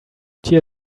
tear